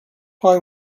pie